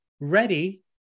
ready